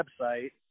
website